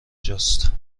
جاست